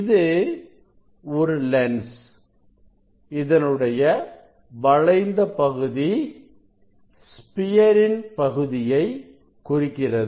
இது ஒரு லென்ஸ் இதனுடைய வளைந்த பகுதி ஸ்பியர் இன் பகுதியை குறிக்கிறது